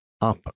up